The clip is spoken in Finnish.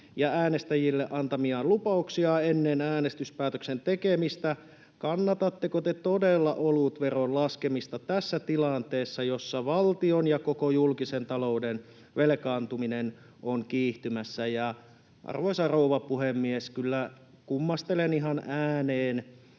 äänestäjille antamiaan lupauksia ennen äänestyspäätöksen tekemistä. Kannatatteko te todella olutveron laskemista tässä tilanteessa, jossa valtion ja koko julkisen talouden velkaantuminen on kiihtymässä? Arvoisa rouva puhemies! Kyllä kummastelen ihan ääneen,